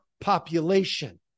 population